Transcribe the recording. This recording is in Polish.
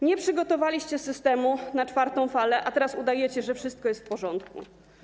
Nie przygotowaliście systemu na czwartą falę, a teraz udajecie, że wszystko jest w porządku.